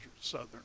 southern